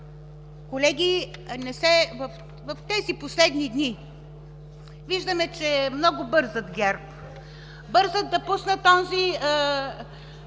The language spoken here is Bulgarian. колеги, в тези последни дни виждаме, че много бързат ГЕРБ. Бързат да пуснат онзи